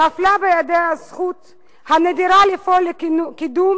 נפלה בידיה הזכות הנדירה לפעול לקידום